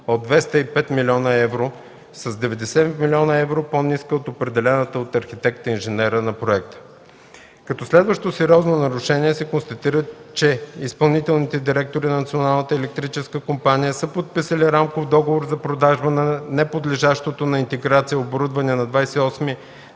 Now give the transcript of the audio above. от 205 млн. евро, с 90 млн. евро по-ниска от определената от архитект- инженера по проекта. Като следващо сериозно нарушение се констатира, че изпълнителните директори на Националната електрическа компания са подписали рамков договор за продажба на неподлежащото на интеграция оборудване на 28